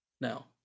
Now